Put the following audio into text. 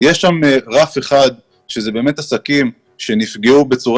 יש שם רף אחד ואלה באמת עסקים שנפגעו בצורה